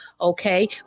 okay